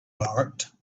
marked